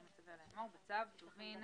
אני מצווה לאמור: בצו זה "טובין"